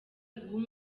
guha